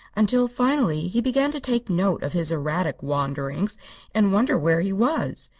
until finally he began to take note of his erratic wanderings and wonder where he was.